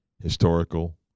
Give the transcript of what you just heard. historical